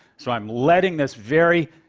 so i'm letting this very